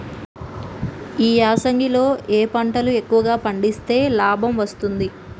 ఈ యాసంగి లో ఏ పంటలు ఎక్కువగా పండిస్తే లాభం వస్తుంది?